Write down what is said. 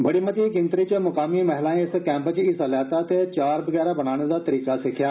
बड़ी मती गिनतरी च मुकामी महिलाएं इस कैम्प च हिस्सा लैता ते आचार बगैरा बनाने दा तरीका सिक्खेआ